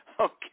Okay